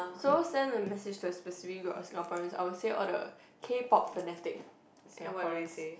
so send a message to a specific Singaporean I will say all the K-Pop fanatic Singaporeans